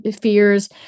fears